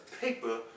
paper